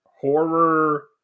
horror